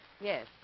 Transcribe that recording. Yes